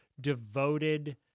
devoted